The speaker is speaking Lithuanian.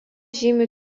žymi